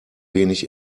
wenig